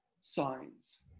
signs